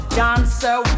dancer